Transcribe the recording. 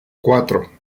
cuatro